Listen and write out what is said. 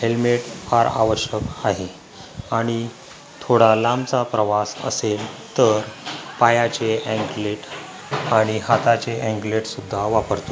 helmet फार आवश्यक आहे आणि थोडा लांबचा प्रवास असेल तर पायाचे अँकलेट आणि हाताचे अँग्लेटसुद्धा वापरतो